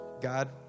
God